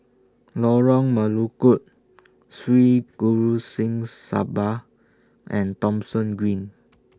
Lorong Melukut Sri Guru Singh Sabha and Thomson Green